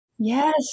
Yes